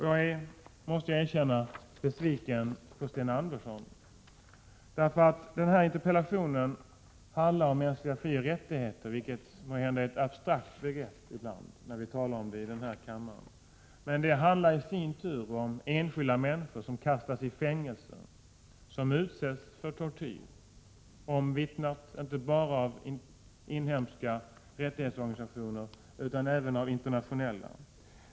Jag måste erkänna att jag är besviken på Sten Andersson. Den här interpellationen handlar om mänskliga frioch rättigheter, vilket måhända är ett abstrakt begrepp när vi talar om det här i kammaren. Men det handlar i sin tur om enskilda människor som kastas i fängelse och som utsätts för tortyr, vilket är omvittnat inte bara av inhemska rättighetsorganisationer utan också av internationella.